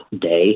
day